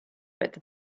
better